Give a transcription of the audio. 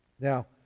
Now